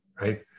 right